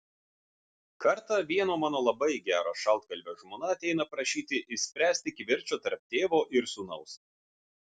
kartą vieno mano labai gero šaltkalvio žmona ateina prašyti išspręsti kivirčą tarp tėvo ir sūnaus